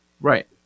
Right